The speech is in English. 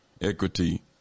equity